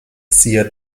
siehe